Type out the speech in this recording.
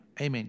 Amen